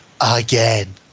again